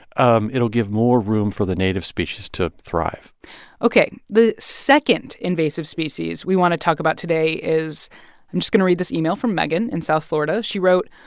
um it'll give more room for the native species to thrive ok. the second invasive species we want to talk about today is i'm just going to read this email from megan in south florida. she wrote,